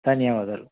ధన్యవాదాలు